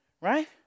right